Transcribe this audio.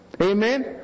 Amen